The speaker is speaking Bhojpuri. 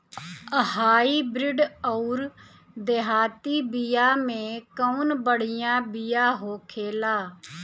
हाइब्रिड अउर देहाती बिया मे कउन बढ़िया बिया होखेला?